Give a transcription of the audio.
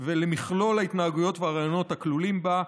ולמכלול ההתנהגויות והרעיונות הכלולים בה,